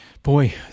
Boy